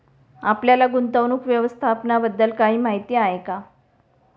आपल्याला गुंतवणूक व्यवस्थापनाबद्दल काही माहिती आहे का?